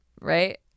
Right